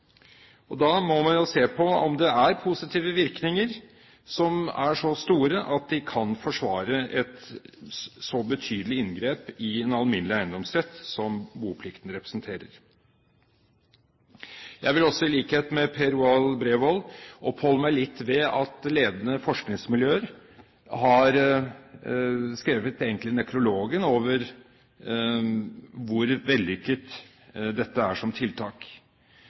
Og da må man jo se på om det er positive virkninger som er så store at de kan forsvare et så betydelig inngrep i den alminnelige eiendomsrett som boplikten representerer. Jeg vil i likhet med Per Roar Bredvold oppholde meg litt ved at ledende forskningsmiljøer egentlig har skrevet nekrologen over hvor vellykket dette er som tiltak.